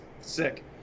sick